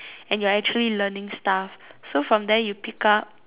and you're actually learning stuff so from there you pick up